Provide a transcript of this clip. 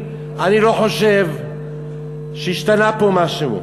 אני לא חושב שהשתנה פה משהו.